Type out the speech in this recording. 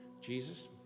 Jesus